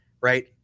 right